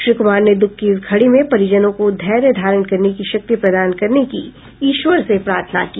श्री कुमार ने दुःख की इस घड़ी में परिजनों को धैर्य धारण करने की शक्ति प्रदान करने की ईश्वर से प्रार्थना की